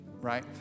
right